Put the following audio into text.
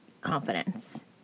confidence